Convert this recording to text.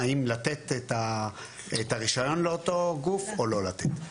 האם לתת את הרישיון לאותו גוף או לא לתת.